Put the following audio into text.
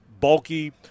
bulky